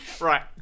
Right